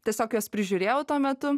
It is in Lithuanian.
tiesiog juos prižiūrėjau tuo metu